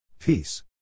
Peace